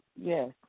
yes